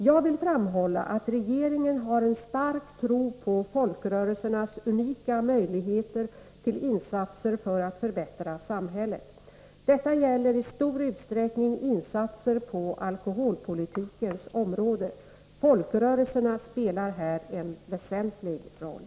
Jag vill framhålla att regeringen har en stark tro på folkrörelsernas unika möjligheter till insatser för att förbättra samhället. Detta gäller i stor utsträckning insatser på alkoholpolitikens område. Folkrörelserna spelar här en väsentlig roll.